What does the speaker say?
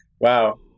Wow